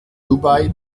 dubai